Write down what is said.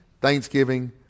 thanksgiving